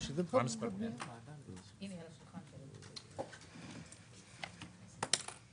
אין נמנעים, 2 פנייה מס' 15-006 אושרה.